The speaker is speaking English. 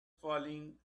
falling